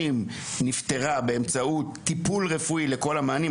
נפתרה באמצעות טיפול רפואי לכל המענים.